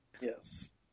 Yes